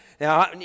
Now